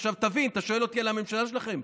עכשיו, תבין: אתה שואל אותי על הממשלה שלכם?